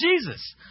Jesus